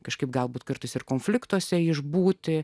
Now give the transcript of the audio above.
kažkaip galbūt kartais ir konfliktuose išbūti